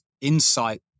insight